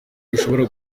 bishobora